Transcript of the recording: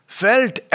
felt